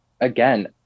again